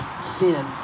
sin